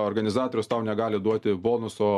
organizatorius tau negali duoti bonuso